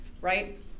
right